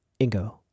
Ingo